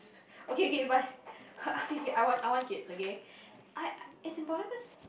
okay okay but okay okay I want I want kids okay I it's important cause